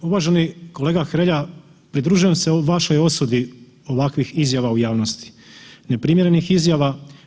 Kolega Hrelja pridružujem se vašoj osudi ovakvih izjava u javnosti, neprimjerenih izjava.